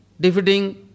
defeating